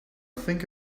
think